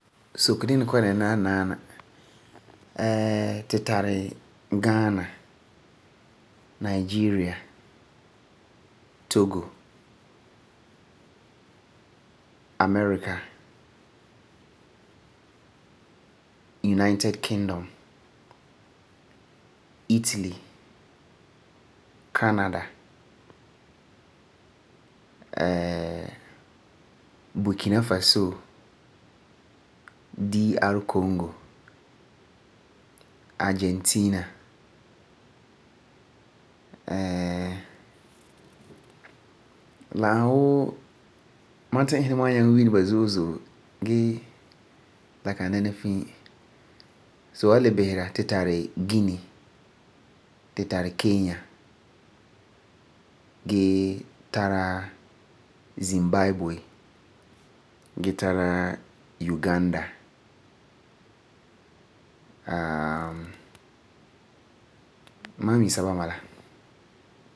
Soke dini kɔ'ɔm dɛna la naana. tu tari Ghana, Nigeria, Togo America, United kingdom, Italy, Canada, Burkina Faso, Dr Congo, Argentina, la ani wuu ma ti'isɛ ma wa nyaŋɛ yi ni ba zo'e zo'e gee la kan dɛna fii. Gee tara Uganda mam mi se'em bala.